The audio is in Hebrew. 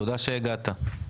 תודה שהגעת.